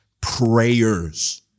prayers